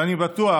ואני בטוח